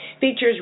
features